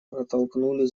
протолкнули